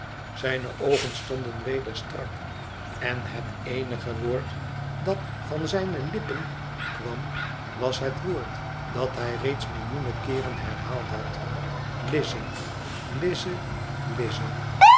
zijne oogen stonden weder strak en het eenige woord dat van zijne lippen kwam was het woord dat hij reeds millioenen keeren herhaald had lize lize